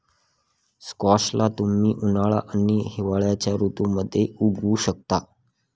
squash ला तुम्ही उन्हाळा आणि हिवाळ्याच्या ऋतूमध्ये उगवु शकता